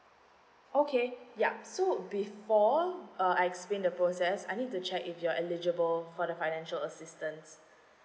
okay yup so before uh I explain the process I need to check if you're eligible for the financial assistance